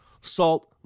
salt